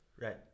right